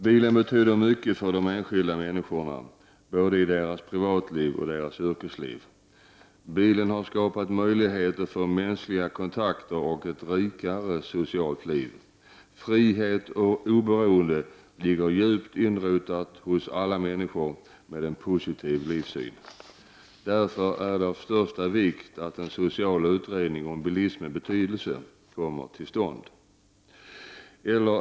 Bilen betyder mycket för de enskilda människorna, både i deras privatliv och deras yrkesliv. Bilen har skapat möjligheter för mänskliga kontakter och ett rikare socialt liv. Frihet och oberoende ligger djupt inrotat hos alla människor med en positiv livssyn. Därför är det av största vikt att en social utredning om bilismens betydelse kommer till stånd.